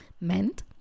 meant